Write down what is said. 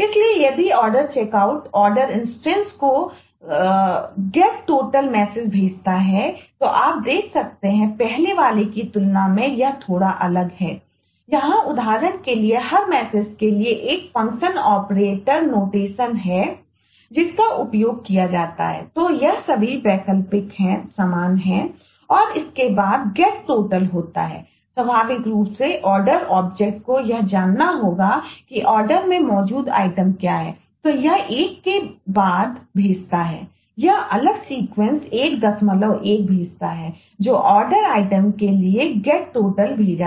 इसलिए यदि order checkout order instance भेजा